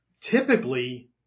typically